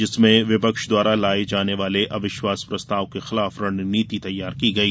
जिसमें विपक्ष द्वारा लाये जाने वाले अविश्वास प्रस्ताव के खिलाफ रणनीति तैयार की गई